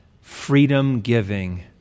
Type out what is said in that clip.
freedom-giving